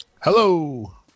Hello